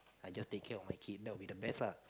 I just take care of my kid that will be the best lah